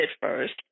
first